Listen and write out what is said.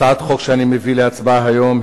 הצעת החוק שאני מביא היום להצבעה היא